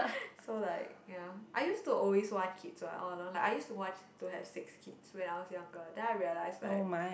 so like ya I used to always want kids one ah all along I used to want to have six kids when I was younger then I realized like